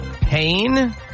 Pain